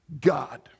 God